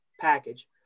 package